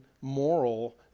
moral